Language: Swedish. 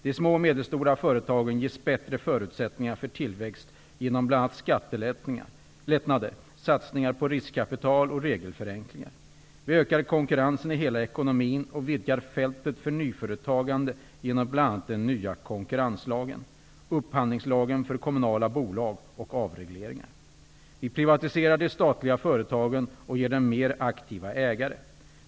De små och medelstora företagen ges bättre förutsättningar för tillväxt genom bl.a. skattelättnader, satsningar på riskkapital och regelförenklingar. Vi ökar konkurrensen i hela ekonomin och vidgar fältet för nyföretagande genom bl.a. den nya konkurrenslagen, upphandlingslagen för kommunala bolag och avregleringar. Vi privatiserar de statliga företagen och ger dem mer aktiva ägare.